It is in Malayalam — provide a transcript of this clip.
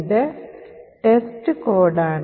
ഇത് ടെസ്റ്റ്കോഡാണ്